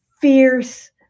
fierce